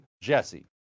JESSE